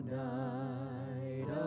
night